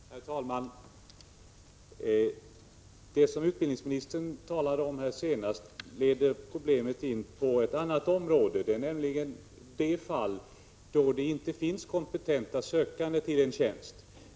Herr talman! Det som utbildningsministern talade om senast leder in problemet på ett annat område, nämligen de fall där det inte finns kompetenta sökande till en tjänst.